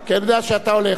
רבותי, נא לשבת,